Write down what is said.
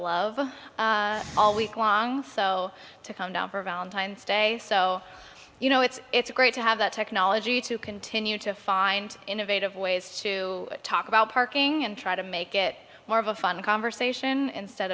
love all week long so to come down for valentine's day so you know it's it's great to have that technology to continue to find innovative ways to talk about parking and try to make it more of a fun conversation instead